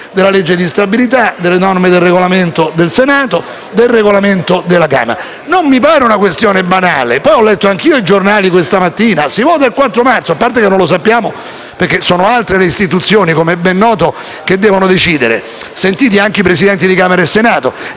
di legge di bilancio e le norme dei Regolamenti del Senato e della Camera. Non mi pare una questione banale. Dopodiché, ho letto anch'io i giornali questa mattina che dicono che si vota il 4 marzo; a parte che non lo sappiamo perché sono altre istituzioni, che, com'è ben noto, che devono decidere, sentiti anche i Presidenti di Camera e Senato.